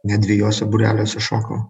net dviejuose būreliuose šokau